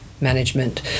management